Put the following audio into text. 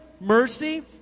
mercy